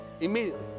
immediately